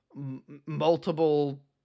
Multiple